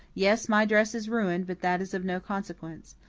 yes, my dress is ruined, but that is of no consequence.